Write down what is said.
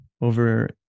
Over